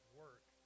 work